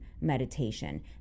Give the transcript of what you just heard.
meditation